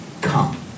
Come